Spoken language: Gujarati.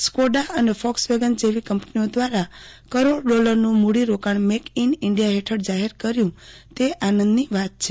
સ્કોડા અને ફોક્સવેગન જેવી કંપનીઓ દ્વારા એકમો કરોડ ડોલરનું મૂડી રોકાણ મેઇક ઇન ઇન્ડિયા હેઠળ જાહેર કર્યું છે તે આનંદની વાત છે